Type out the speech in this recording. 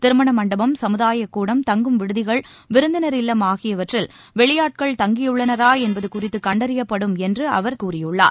திருமண மண்டபம் சமுதாயக் கூடம் தங்கும் விடுதிகள் விருந்தினர் இல்லம் ஆகியவற்றில் வெளியாட்கள் தங்கியுள்ளனரா என்பது குறித்து கண்டறியப்படும் என்று அவர் கூறியுள்ளார்